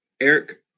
Eric